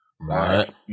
right